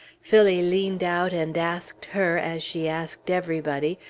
phillie leaned out, and asked her, as she asked everybody,